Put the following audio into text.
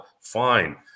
fine